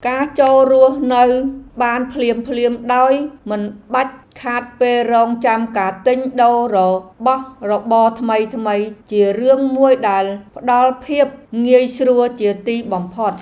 ការចូលរស់នៅបានភ្លាមៗដោយមិនបាច់ខាតពេលរង់ចាំការទិញដូររបស់របរថ្មីៗជារឿងមួយដែលផ្ដល់ភាពងាយស្រួលជាទីបំផុត។